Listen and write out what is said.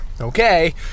okay